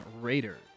Raiders